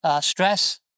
stress